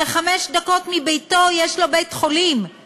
וחמש דקות מביתו יש בית-חולים,